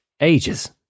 ages